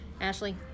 Ashley